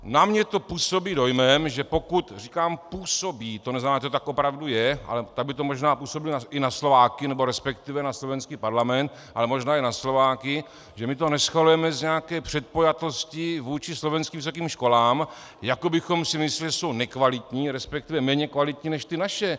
Na mě to působí dojmem říkám působí, to neznamená, že to tak opravdu je, ale tak by to možná působilo i na Slováky, respektive na slovenský parlament, ale možná i na Slováky, že my to neschvalujeme z nějaké předpojatosti vůči slovenským vysokým školám, jako bychom si mysleli, že jsou nekvalitní, respektive méně kvalitní než ty naše.